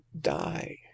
die